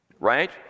right